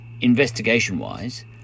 investigation-wise